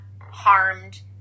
harmed